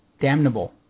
damnable